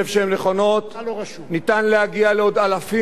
ניתן להגיע לעוד אלפים רבים בתוך שנים ספורות.